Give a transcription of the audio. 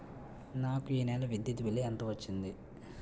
నాకు ఈ నెల విద్యుత్ బిల్లు ఎంత వచ్చింది?